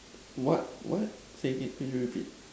what what say again could you repeat